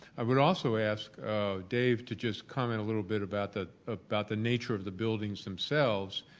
i would also ask dave to just comment a little bit about the about the nature of the buildings themselves